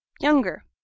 younger